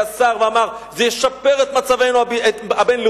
שהיה שר ואמר: זה ישפר את מצבנו הבין-לאומי?